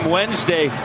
Wednesday